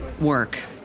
work